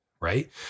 right